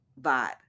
vibe